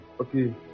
okay